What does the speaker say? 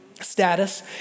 status